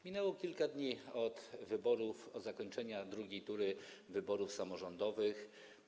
Minęło kilka dni od wyborów, od zakończenia drugiej tury wyborów samorządowych.